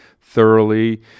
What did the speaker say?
thoroughly